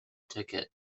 ticket